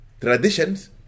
traditions